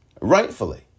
rightfully